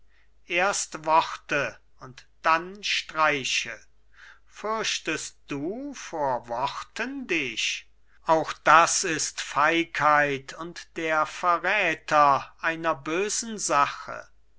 erst worte und dann streiche fürchtest du vor worten dich auch das ist feigheit und der verräter einer bösen sache